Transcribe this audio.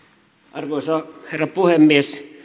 arvoisa herra puhemies